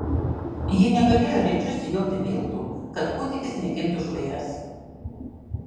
ji negalėjo rėčiu sijoti miltų kad kūdikis negimtų žvairas